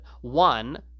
One